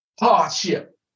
Hardship